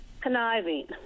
conniving